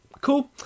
cool